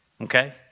okay